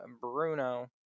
Bruno